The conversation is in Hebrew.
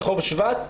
רחוב שבט?